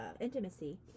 intimacy